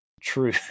true